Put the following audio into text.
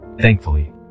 thankfully